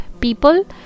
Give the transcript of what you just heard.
people